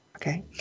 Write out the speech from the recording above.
Okay